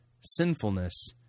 sinfulness